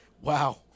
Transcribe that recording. Wow